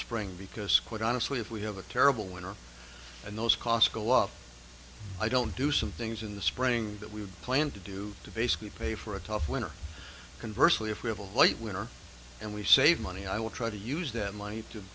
spring because quite honestly if we have a terrible winter and those costs go up i don't do some things in the spring that we had planned to do to basically pay for a tough winter converse lee if we have a light winner and we save money i will try to use that money